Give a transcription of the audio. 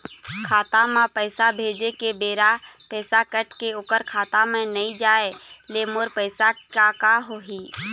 खाता म पैसा भेजे के बेरा पैसा कट के ओकर खाता म नई जाय ले मोर पैसा के का होही?